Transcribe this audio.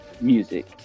Music